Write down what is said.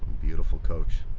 beautiful coach.